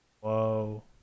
Whoa